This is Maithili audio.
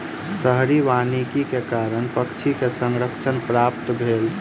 शहरी वानिकी के कारण पक्षी के संरक्षण प्राप्त भेल